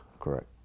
Correct